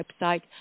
website